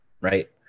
right